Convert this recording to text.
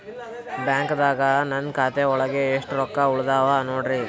ಬ್ಯಾಂಕ್ದಾಗ ನನ್ ಖಾತೆ ಒಳಗೆ ಎಷ್ಟ್ ರೊಕ್ಕ ಉಳದಾವ ನೋಡ್ರಿ?